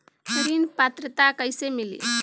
ऋण पात्रता कइसे मिली?